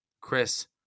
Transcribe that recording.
Chris